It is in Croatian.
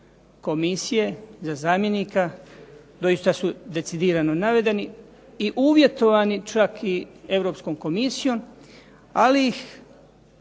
komisije, za zamjenika doista su decidirano navedeni i uvjetovani čak i Europskom Komisijom, ali ih